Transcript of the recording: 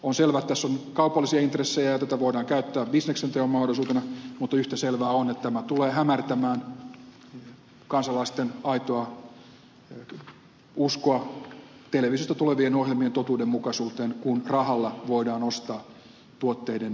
on selvää että tässä on kaupallisia intressejä ja tätä voidaan käyttää bisneksen teon mahdollisuutena mutta yhtä selvää on että tämä tulee hämärtämään kansalaisten aitoa uskoa televisiosta tulevien ohjelmien totuudenmukaisuuteen kun rahalla voidaan ostaa tuotteiden näkyvyyttä